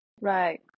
right